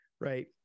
Right